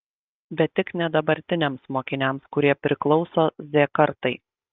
bet tik ne dabartiniams mokiniams kurie priklauso z kartai